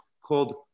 called